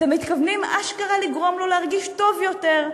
אתם מתכוונים אשכרה לגרום לו להרגיש טוב יותר,